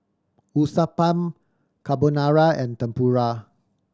Uthapam Carbonara and Tempura